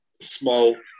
small